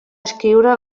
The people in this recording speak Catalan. escriure